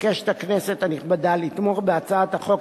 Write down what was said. מתבקשת הכנסת הנכבדה לתמוך בהצעת החוק